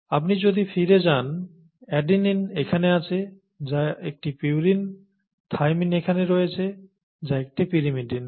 আপনি যদি ফিরে যান অ্যাডেনিন এখানে আছে যা একটি পিউরিন থাইমিন এখানে রয়েছে যা একটি পিরিমিডিন